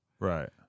Right